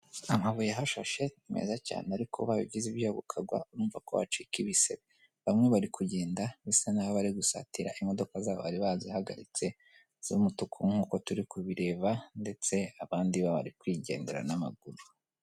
Amabuye ahashashe ni meza cyane ariko ugize ibyogo ukagwa urumva ko wacika ibisebe, bamwe bari kugenda bisa' bariri gusatira imodoka zabo bari bazihagaritse z'umutuku nkukouko turi kubireba ndetse abandi baba kwigendera n'amaguru.